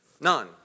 None